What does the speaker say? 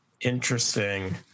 interesting